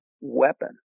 weapon